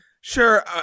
Sure